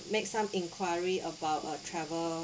make some enquiry about uh travel